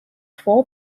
four